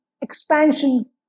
expansion